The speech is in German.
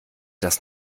das